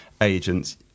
agents